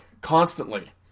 Constantly